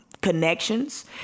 connections